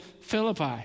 Philippi